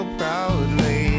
proudly